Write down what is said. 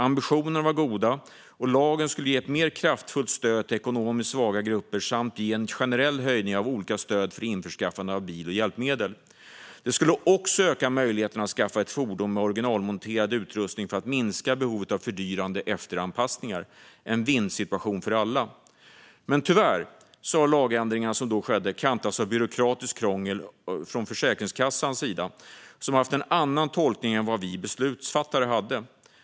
Ambitionerna var goda. Lagen skulle ge ett mer kraftfullt stöd till ekonomiskt svaga grupper samt ge en generell höjning av olika stöd för införskaffande av bil och hjälpmedel. Det skulle också öka möjligheterna att skaffa ett fordon med originalmonterad utrustning för att minska behovet av fördyrande efteranpassningar - en vinn-vinnsituation för alla. Tyvärr har lagändringarna som då skedde kantats av byråkratiskt krångel från Försäkringskassans sida, som haft en annan tolkning än vad vi beslutsfattare hade.